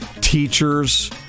teachers